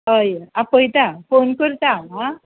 हय हय आपयतां फोन करतां हां